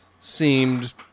seemed